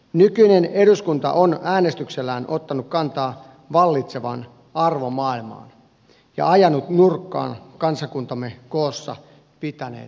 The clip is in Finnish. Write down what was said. nykyinen eduskunta on äänestyksellään ottanut kantaa vallitsevaan arvomaailmaan ja ajanut nurkkaan kansakuntamme koossa pitäneet arvot